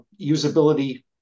usability